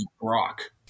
Brock